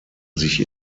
sich